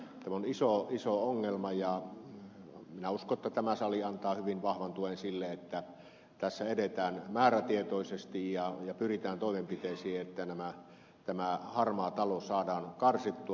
tämä on iso ongelma ja minä uskon että tämä sali antaa hyvin vahvan tuen sille että tässä edetään määrätietoisesti ja pyritään toimenpiteisiin että tämä harmaa talous saadaan karsittua